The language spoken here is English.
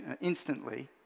instantly